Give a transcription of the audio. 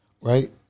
Right